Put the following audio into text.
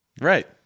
right